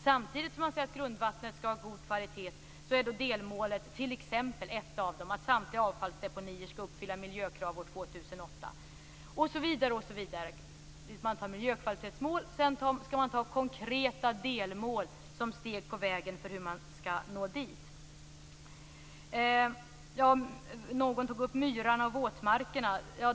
Samtidigt som man säger att grundvattnet skall ha god kvalitet är t.ex. ett av delmålen att samtliga avfallsdeponier skall uppfylla miljökraven år 2008 osv. Först skall man ta miljökvalitetsmål. Sedan skall man ta konkreta delmål som steg på vägen dit. Någon nämnde myrarna och våtmarkerna.